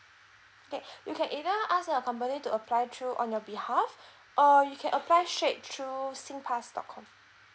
okay you can either ask your company to apply through on your behalf or you can apply straight through singpass dot com